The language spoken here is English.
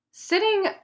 Sitting